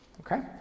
okay